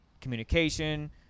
Communication